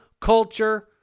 culture